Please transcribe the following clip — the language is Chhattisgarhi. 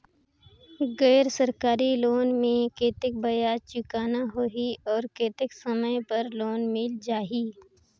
गैर सरकारी लोन मे कतेक ब्याज चुकाना होही और कतेक समय बर लोन मिल जाहि?